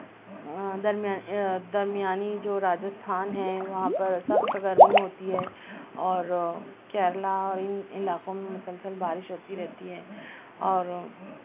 درمیانی درمیانی جو راجستھان ہے وہاں پر سخت گرمی ہوتی ہے اور کیرل ان ان علاقوں میں مسلسل بارش ہوتی رہتی ہے اور